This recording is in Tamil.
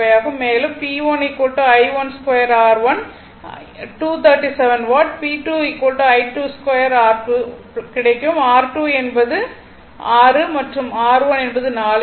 மேலும் P1 I12 R1 க்கு 237 வாட் P2 I22 R2 கிடைக்கும் R2 என்பது 6 மற்றும் R1 என்பது 4